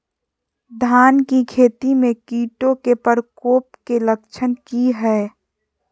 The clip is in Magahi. धान की खेती में कीटों के प्रकोप के लक्षण कि हैय?